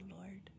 Lord